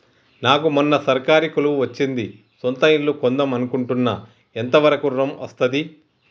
నాకు మొన్న సర్కారీ కొలువు వచ్చింది సొంత ఇల్లు కొన్దాం అనుకుంటున్నా ఎంత వరకు ఋణం వస్తది?